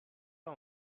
pas